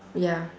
ya